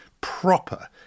proper